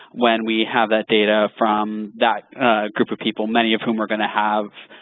when we have that data from that group of people, many of whom are going to have,